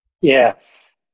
Yes